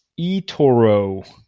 eToro